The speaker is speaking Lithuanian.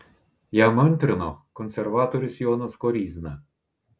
jam antrino konservatorius jonas koryzna